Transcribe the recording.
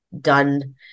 done